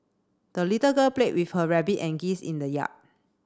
the little girl played with her rabbit and geese in the yard